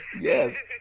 Yes